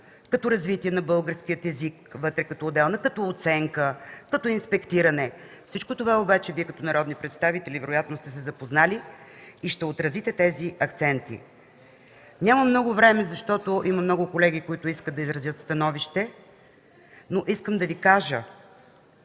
като развитие на българския език – вътре като отделна оценка, като инспектиране. С всичко това Вие като народни представители вероятно сте се запознали и ще отразите тези акценти. Нямам много време, защото има много колеги, които искат да изразят становище, но искам да Ви кажа,